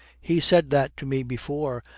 he said that to me before.